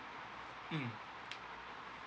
mm